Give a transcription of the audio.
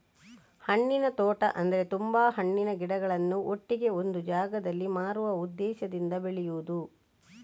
ಹಣ್ಣಿನ ತೋಟ ಅಂದ್ರೆ ತುಂಬಾ ಹಣ್ಣಿನ ಗಿಡಗಳನ್ನ ಒಟ್ಟಿಗೆ ಒಂದು ಜಾಗದಲ್ಲಿ ಮಾರುವ ಉದ್ದೇಶದಿಂದ ಬೆಳೆಯುದು